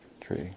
tree